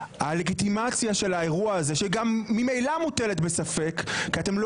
הלגיטימציה של האירוע הזה שממילא מוטלת בספק כי אתם לא